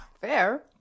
fair